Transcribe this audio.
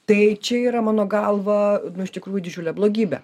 tai čia yra mano galva nu iš tikrųjų didžiulė blogybė